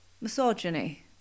Misogyny